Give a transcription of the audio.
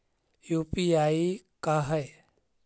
UPI का है?